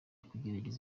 kugerageza